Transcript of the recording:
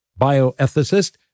Bioethicist